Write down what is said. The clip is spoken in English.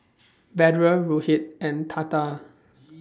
Vedre Rohit and Tata